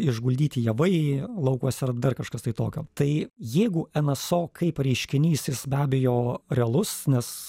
išguldyti javai laukuose ar dar kažkas tai tokio tai jeigu nso kaip reiškinys jis be abejo realus nes